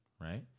Right